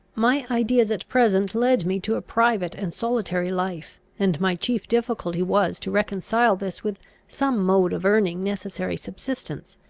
my ideas at present led me to a private and solitary life, and my chief difficulty was to reconcile this with some mode of earning necessary subsistence.